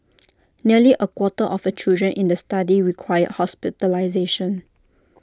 nearly A quarter of A children in the study required hospitalisation